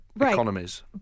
economies